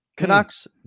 Canucks